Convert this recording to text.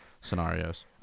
scenarios